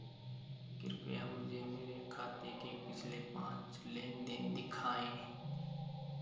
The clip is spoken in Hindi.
कृपया मुझे मेरे खाते के पिछले पांच लेन देन दिखाएं